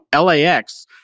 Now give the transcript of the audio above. LAX